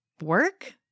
work